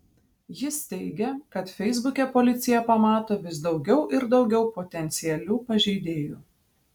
jis teigia kad feisbuke policija pamato vis daugiau ir daugiau potencialių pažeidėjų